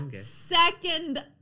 second